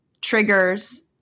triggers